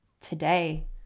today